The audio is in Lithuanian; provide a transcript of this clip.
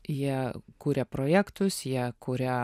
jie kuria projektus jie kuria